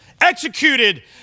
Executed